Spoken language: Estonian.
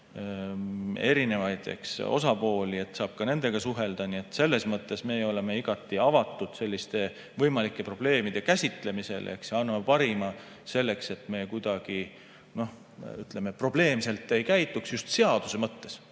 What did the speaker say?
erinevad osapooled, saab ka nendega suhelda. Nii et selles mõttes me oleme igati avatud selliste võimalike probleemide käsitlemisel. Anname parima selleks, et me kuidagi probleemselt ei käituks just seaduse mõttes.